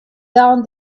down